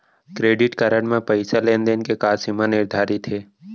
Credit card म पइसा लेन देन के का सीमा निर्धारित हे?